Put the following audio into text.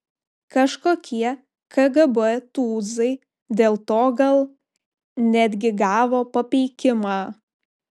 kažkokie kgb tūzai dėl to gal netgi gavo papeikimą